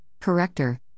corrector